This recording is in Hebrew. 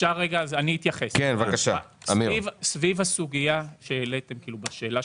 סביב סוגיית הכמות,